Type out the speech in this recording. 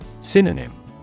Synonym